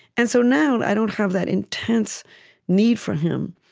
and so now i don't have that intense need for him.